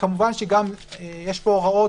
כמובן יש פה הוראות